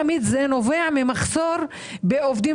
מצד אחד חלק מהרשויות המקומיות הערביות או הלשכות כן הולכות